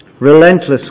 Relentless